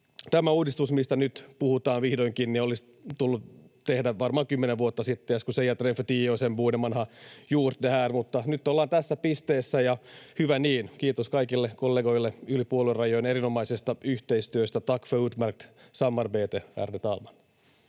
tämä uudistus, mistä nyt puhutaan vihdoinkin, olisi tullut tehdä varmaan kymmenen vuotta sitten. Jag skulle säga att redan för tio år sedan borde man ha gjort det här. Mutta nyt ollaan tässä pisteessä, ja hyvä niin. Kiitos kaikille kollegoille yli puoluerajojen erinomaisesta yhteistyöstä. Tack för utmärkt samarbete, ärade talman.